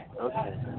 Okay